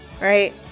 right